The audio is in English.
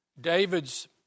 David's